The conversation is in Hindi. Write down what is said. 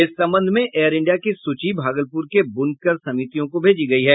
इस संबंध में एयर इंडिया की सूची भागलपूर के ब्नकर समितियों को भेजी गयी है